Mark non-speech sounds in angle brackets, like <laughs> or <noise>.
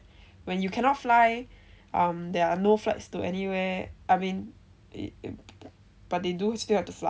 when you cannot fly um there are no flights to anywhere I mean it it but they do still have to fly <laughs>